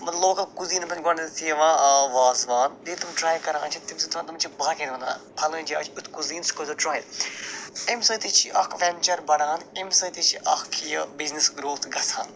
local cuisine گۄڈنٮ۪تھٕے یِوان وازٕ وان ییٚلہِ تِم ٹرٛاے کَران چھِ تِم چھِ باقِیَن وَنان پھَلٲنۍ جایہِ چھُ یُتھ کُزیٖن سُہ کٔرۍزیو ٹرٛاے اَمہِ سۭتۍ تہِ چھِ اکھ وٮ۪نٛچر بَنان اَمہِ سۭتۍ تہِ چھِ اکھ یہِ بزنِس گرٛوتھ گژھان